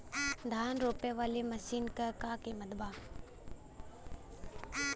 धान रोपे वाली मशीन क का कीमत बा?